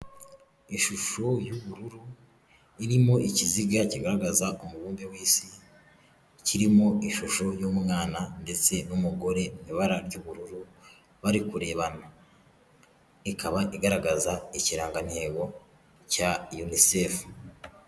Ishusho y'ubururu irimo ikiziga kigaragaza umubumbe w'isi kirimo ishusho y'umwana ndetse n'umugore mu ibara ry'ubururu bari kurebana, ikaba igaragaza ikirangantego cya yunisefu.